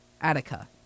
Attica